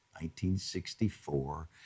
1964